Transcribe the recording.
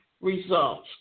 results